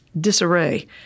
disarray